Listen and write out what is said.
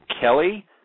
Kelly